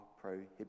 prohibited